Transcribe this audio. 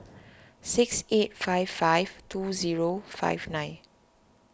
six eight five five two zero five nine